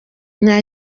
nta